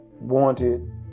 wanted